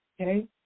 okay